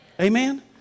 Amen